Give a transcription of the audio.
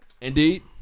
indeed